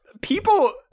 people